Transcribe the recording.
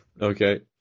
Okay